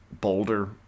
Boulder